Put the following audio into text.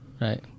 Right